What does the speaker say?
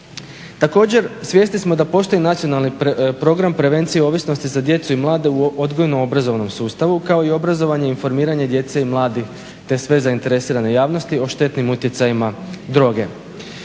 Također, svjesni smo da postoji Nacionalni program prevencije ovisnosti za djecu i mlade u odgojno-obrazovnom sustavu kao i obrazovanje i informiranje djece i mladih te sve zainteresirane javnosti o štetnim utjecajima droge.